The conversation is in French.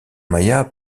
mayas